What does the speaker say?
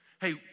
hey